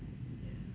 ya